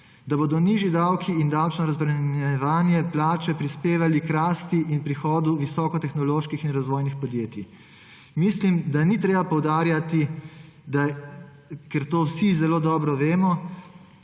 da bodo nižji davki in davčno razbremenjevanje plače prispevali k rasti in prihodu visoko tehnoloških in razvojnih podjetij. Mislim, da ni treba poudarjati, ker to vsi zelo dobro vemo,